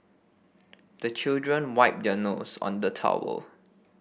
the children wipe their nose on the towel